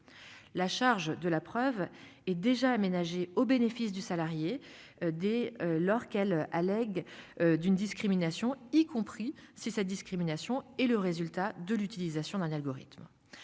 La charge de la preuve et déjà aménagé au bénéfice du salarié dès lors qu'elle allègue. D'une discrimination, y compris si cette discrimination et le résultat de l'utilisation d'un algorithme.